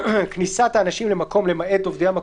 כניסת האנשים למקום, למעט עובדי המקום,